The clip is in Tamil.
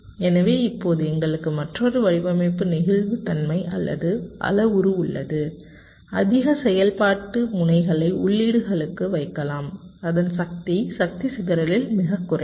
எனவே இப்போது எங்களுக்கு மற்றொரு வடிவமைப்பு நெகிழ்வுத்தன்மை அல்லது அளவுரு உள்ளது அதிக செயல்பாட்டு முனைகளை உள்ளீடுகளுக்கு வைக்கலாம் அதன் சக்தி சக்தி சிதறலில் மிகக் குறைவு